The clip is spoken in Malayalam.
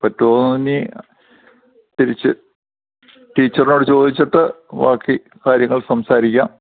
പറ്റുമോ ഇനി തിരിച്ച് ടീച്ചറോട് ചോദിച്ചിട്ട് ബാക്കി കാര്യങ്ങൾ സംസാരിക്കാം